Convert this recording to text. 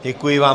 Děkuji vám.